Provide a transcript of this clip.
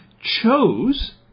chose